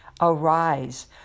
Arise